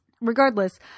regardless